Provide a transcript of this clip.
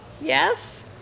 Yes